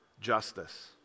justice